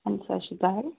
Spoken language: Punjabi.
ਹਾਂਜੀ ਸਤਿ ਸ਼੍ਰੀ ਅਕਾਲ